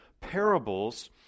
parables